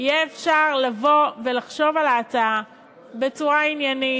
יהיה אפשר לחשוב על ההצעה בצורה עניינית,